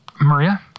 Maria